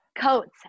coats